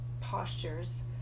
postures